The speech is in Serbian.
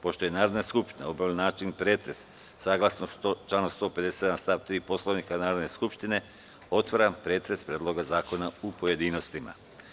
Pošto je Narodna skupština obavila načelni pretres, saglasno članu 157. stav 3. Poslovnika Narodne skupštine, otvaram pretres Predloga zakona u pojedinostima.